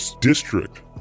district